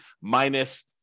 minus